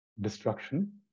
destruction